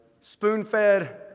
spoon-fed